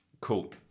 Cool